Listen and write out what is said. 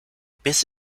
bis